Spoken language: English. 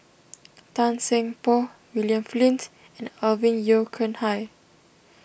Tan Seng Poh William Flint and Alvin Yeo Khirn Hai